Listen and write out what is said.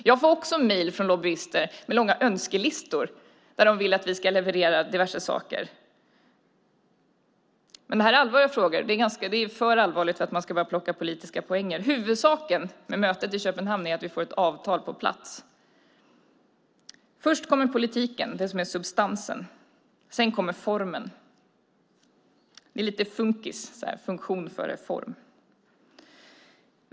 Jag får också mejl från lobbyister med långa önskelistor där de vill att vi ska leverera diverse saker. Men det här är allvarliga frågor - alltför allvarliga för att man ska börja plocka politiska poäng. Huvudsaken med mötet i Köpenhamn är att vi får ett avtal på plats. Först kommer politiken. Det är det som är substansen. Sedan kommer formen. Det är lite funkis - funktion före form.